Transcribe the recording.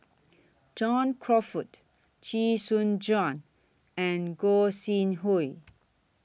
John Crawfurd Chee Soon Juan and Gog Sing Hooi